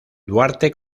duarte